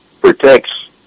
protects